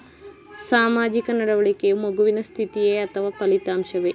ಸಾಮಾಜಿಕ ನಡವಳಿಕೆಯು ಮಗುವಿನ ಸ್ಥಿತಿಯೇ ಅಥವಾ ಫಲಿತಾಂಶವೇ?